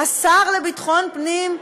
השר לביטחון פנים,